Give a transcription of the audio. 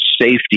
safety